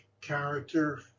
character